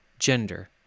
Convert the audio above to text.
gender